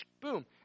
Boom